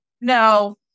no